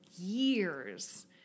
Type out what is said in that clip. years